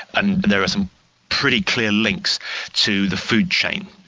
and there are some pretty clear links to the food chain.